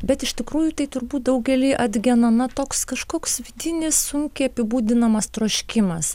bet iš tikrųjų tai turbūt daugelį atgena na toks kažkoks vidinis sunkiai apibūdinamas troškimas